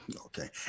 Okay